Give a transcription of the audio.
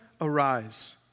arise